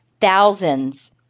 thousands